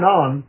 on